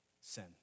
sin